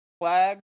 flag